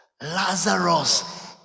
Lazarus